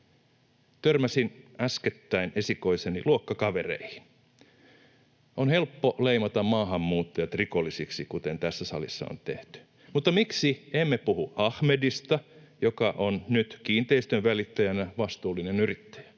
Törmäsin äskettäin esikoiseni luokkakavereihin. On helppo leimata maahanmuuttajat rikollisiksi, kuten tässä salissa on tehty, mutta miksi emme puhu Ahmedista, joka on nyt kiinteistönvälittäjänä vastuullinen yrittäjä?